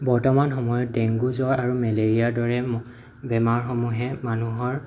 বৰ্তমান সময়ত ডেংগু জ্বৰ আৰু মেলেৰিয়াৰ দৰে বেমাৰসমূহে মানুহৰ